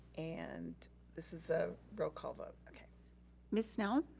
and this is a roll call vote. miss snell.